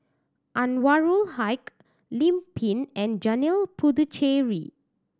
Anwarul Haque Lim Pin and Janil Puthucheary